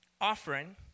offering